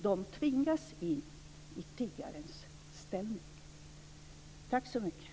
De tvingas då in i tiggarens ställning.